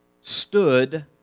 stood